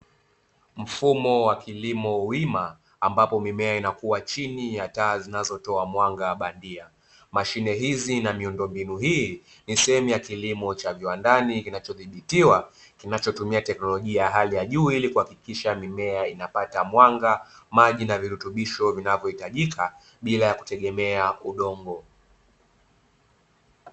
Mfumo wa kilimo wima, ambapo mimea inakuwa chini ya taa zinazotoa mwanga bandia. Mashine hizi na miundo mbinu hii ni sehemu ya kilimo cha viwandani kinachodhibitiwa, kinachotumia teknolojia ya hali ya juu, ili kuhakikisha mimea inapata mwanga, maji na virutubisho vinavyohitajika bila kutegemea udongo.